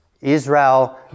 Israel